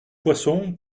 poisson